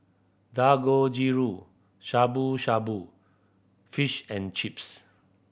Dangojiru Shabu Shabu Fish and Chips